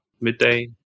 midday